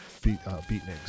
Beatniks